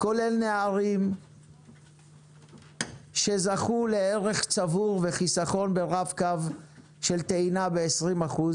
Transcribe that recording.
כולל נערים שזכו לערך צבור וחיסכון ברב קו של טעינה ב-20 אחוז,